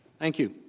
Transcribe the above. thank you